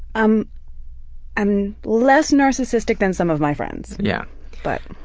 i'm i'm less narcissistic than some of my friends, yeah but.